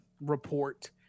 report